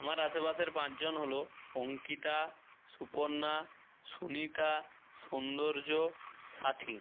আমার আশেপাশের পাঁচজন হলো অঙ্কিতা সুপর্ণা সুনিতা সোন্দর্য সাথী